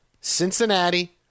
Cincinnati